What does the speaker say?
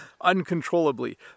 uncontrollably